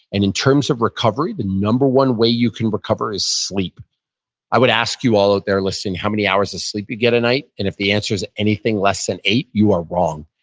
and in terms of recovery, the number one way you can recover is sleep i would ask you all out there listening how many hours of sleep you get a night, and if the answer is anything less than eight, you are wrong.